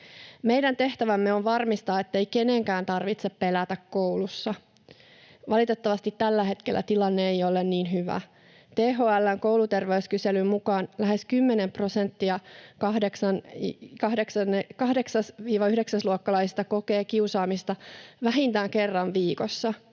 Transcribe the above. Meidän tehtävämme on varmistaa, ettei kenenkään tarvitse pelätä koulussa. Valitettavasti tällä hetkellä tilanne ei ole niin hyvä. THL:n kouluterveyskyselyn mukaan lähes 10 prosenttia 8.—9.-luokkalaisista kokee kiusaamista vähintään kerran viikossa.